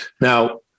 Now